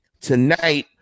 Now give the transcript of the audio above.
tonight